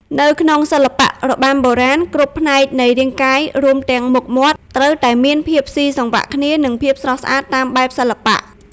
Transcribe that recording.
នៅក្នុងសិល្បៈរបាំបុរាណ គ្រប់ផ្នែកនៃរាងកាយ រួមទាំងមុខមាត់ ត្រូវតែមានភាពស៊ីសង្វាក់គ្នា និងភាពស្រស់ស្អាតតាមបែបសិល្បៈ។